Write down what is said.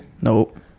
nope